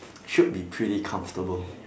should be pretty comfortable